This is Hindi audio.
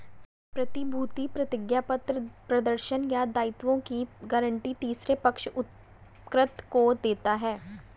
प्रतिभूति प्रतिज्ञापत्र प्रदर्शन या दायित्वों की गारंटी तीसरे पक्ष उपकृत को देता है